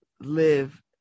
live